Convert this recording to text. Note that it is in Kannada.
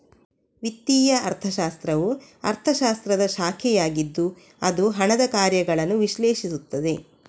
ವಿತ್ತೀಯ ಅರ್ಥಶಾಸ್ತ್ರವು ಅರ್ಥಶಾಸ್ತ್ರದ ಶಾಖೆಯಾಗಿದ್ದು ಅದು ಹಣದ ಕಾರ್ಯಗಳನ್ನು ವಿಶ್ಲೇಷಿಸುತ್ತದೆ